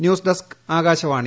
news desk Akashvani